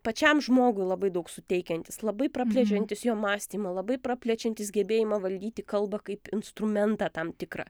pačiam žmogui labai daug suteikiantis labai praplečiantis jo mąstymą labai praplečiantis gebėjimą valdyti kalbą kaip instrumentą tam tikrą